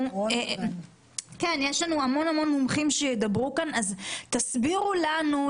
יש המון מומחים שאמורים לדבר כאן תסבירו לנו,